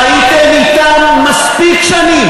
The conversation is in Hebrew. חייתם אתם מספיק שנים.